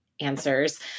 answers